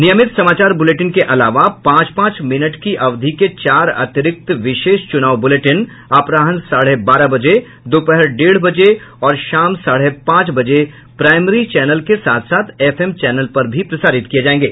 नियमित समाचार बुलेटिन के अलावा पांच पांच मिनट अवधि के चार अतिरिक्त विशेष चुनाव बुलेटिन अपराहन साढ़े बारह बजे दोपहर डेढ़ बजे और शाम साढ़े पांच बजे प्राइमरी चैनल के साथ साथ एफएम चैनल पर भी प्रसारित किये जायेंगे